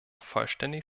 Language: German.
vollständig